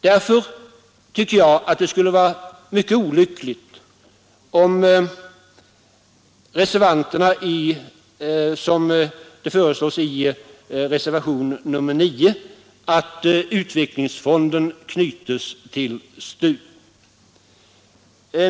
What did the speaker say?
Därför tycker jag att det skulle vara mycket olyckligt om, som föreslås i reservationen 9, utvecklingsfonden knytes till STU.